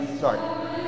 Sorry